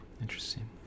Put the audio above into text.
interesting